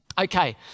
Okay